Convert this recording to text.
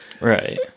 Right